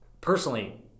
personally